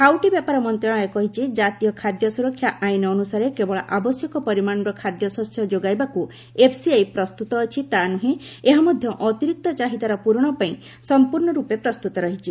ଖାଉଟି ବ୍ୟାପାର ମନ୍ତ୍ରଣାଳୟ କହିଛି କାତୀୟ ଖାଦ୍ୟ ସୁରକ୍ଷା ଆଇନ ଅନୁସାରେ କେବଳ ଆବଶ୍ୟକ ପରିମାଣର ଖାଦ୍ୟଶସ୍ୟ ଯୋଗାଇବାକୁ ଏଫ୍ସିଆଇ ପ୍ରସ୍ତୁତ ଅଛି ତା'ନୁହେଁ ଏହା ମଧ୍ୟ ଅତିରିକ୍ତ ଚାହିଦାର ପୂରଣ ପାଇଁ ସଂପୂର୍ଣ୍ଣ ରୂପେ ପ୍ରସ୍ତୁତ ରହିଛି